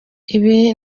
ibi